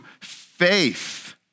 faith